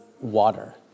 water